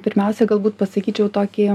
pirmiausia galbūt pasakyčiau tokį